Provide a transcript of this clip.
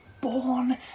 born